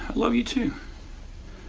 love you too